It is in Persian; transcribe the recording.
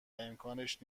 امکانش